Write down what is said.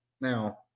Now